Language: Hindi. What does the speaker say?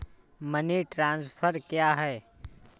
मनी ट्रांसफर क्या है?